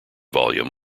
volume